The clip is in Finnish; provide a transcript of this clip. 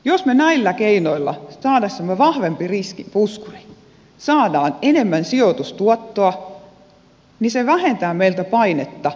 jos me näillä keinoilla saa dessamme vahvemman riskipuskurin saamme enemmän sijoitustuottoa niin se vähentää meiltä painetta nostaa työeläkemaksuja